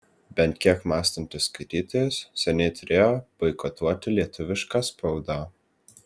bent kiek mąstantis skaitytojas seniai turėjo boikotuoti lietuvišką spaudą